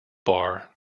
bar